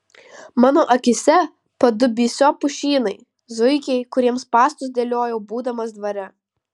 mano akyse padubysio pušynai zuikiai kuriems spąstus dėliojau būdamas dvare